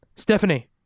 Stephanie